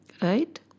Right